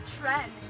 trend